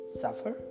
suffer